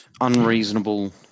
unreasonable